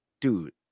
dude